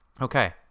okay